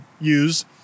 use